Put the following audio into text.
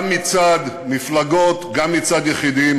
גם מצד מפלגות, גם מצד יחידים.